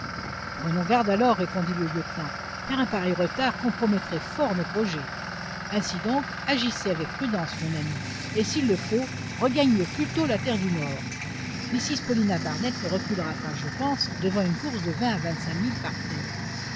prenons garde alors répondit le lieutenant car un pareil retard compromettrait fort nos projets ainsi donc agissez avec prudence mon ami et s'il le faut regagnez au plus tôt la terre du nord mrs paulina barnett ne reculera pas je pense devant une course de vingt à vingt-cinq milles par terre